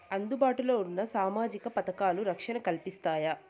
అందుబాటు లో ఉన్న సామాజిక పథకాలు, రక్షణ కల్పిస్తాయా?